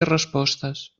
respostes